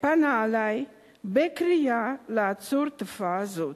פנה אלי בקריאה לעצור תופעה זאת.